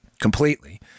completely